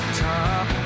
top